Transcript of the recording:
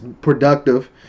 productive